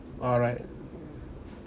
alright